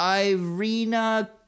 Irina